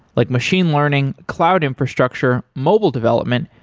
like machine learning, cloud infrastructure, mobile development,